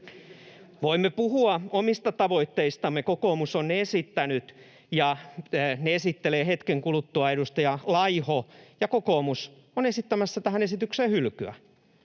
Voimme puhua omista tavoitteistamme. Kokoomus on ne esittänyt, ja ne esittelee hetken kuluttua edustaja Laiho. Kokoomus on esittämässä tähän esitykseen hylkyä.